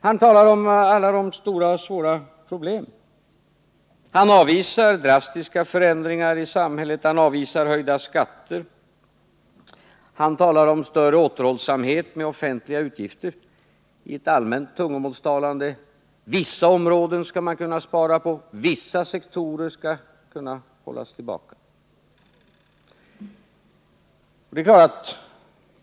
Han talar om de stora och svåra problemen. Han avvisar drastiska förändringar av samhället, han avvisar höjda skatter, och han talar om större återhållsamhet med offentliga utgifter. Detta sista sker i ett allmänt tungomålstalande — på vissa områden skall man kunna spara, och vissa sektorer skall kunna hållas tillbaka.